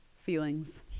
feelings